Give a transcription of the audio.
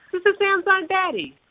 this is sam's aunt betty.